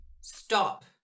stop